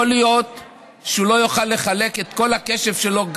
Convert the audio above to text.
יכול להיות שהוא לא יוכל לחלק את כל הקשב שלו,